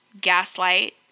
gaslight